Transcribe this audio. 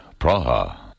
Praha